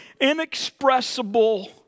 inexpressible